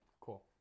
cool